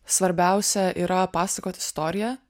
svarbiausia yra papasakot istoriją